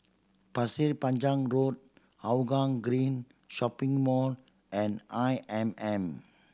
Pasir Panjang Road Hougang Green Shopping Mall and I M M